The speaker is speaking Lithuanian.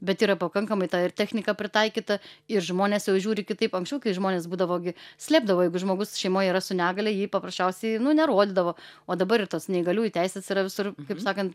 bet yra pakankamai ta ir technika pritaikyta ir žmonės jau žiūri kitaip anksčiau kai žmonės būdavo gi slėpdavo jeigu žmogus šeimoj yra su negalia jį paprasčiausiai nerodydavo o dabar ir tos neįgaliųjų teisės yra visur kaip sakant